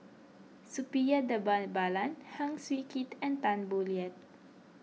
Suppiah Dhanabalan Heng Swee Keat and Tan Boo Liat